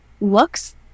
looks